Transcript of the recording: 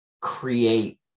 create